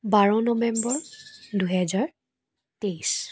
বাৰ November দুহেজাৰ তেইছ